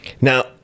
Now